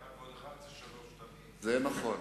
נכון.